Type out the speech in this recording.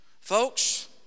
folks